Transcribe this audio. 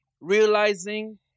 realizing